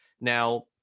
Now